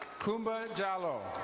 kumba jallo.